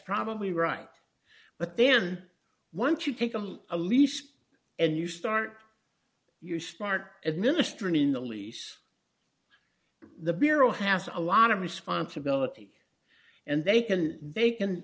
probably right but then once you take them a lease and you start you start administering the lease the bureau has a lot of responsibility and they can they can